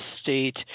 state